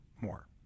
more